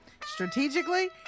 Strategically